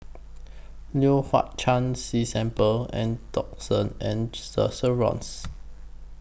Leong Hwa Chan Si simple and Duxton and The Chevrons